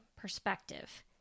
perspective